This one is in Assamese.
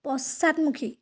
পশ্চাদমুখী